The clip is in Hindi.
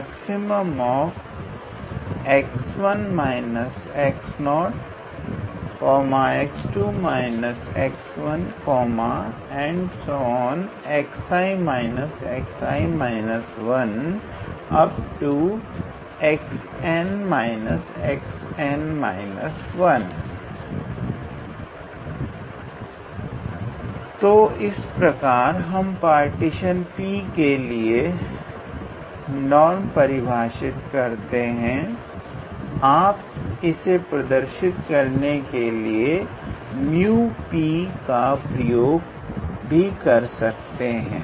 max𝑥1 − 𝑥0𝑥2 − 𝑥1 𝑥𝑖 − 𝑥𝑖−1 𝑥𝑛 − 𝑥𝑛−1 तो इस प्रकार हम पार्टीशन P के लिए नॉर्म परिभाषित करते हैं आप इसे प्रदर्शित करने के लिए 𝜇𝑃 का प्रयोग भी कर सकते हैं